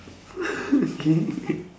okay